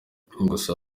gusa